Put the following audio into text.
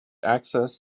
access